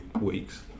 weeks